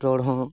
ᱨᱚᱲ ᱦᱚᱸ